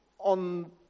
On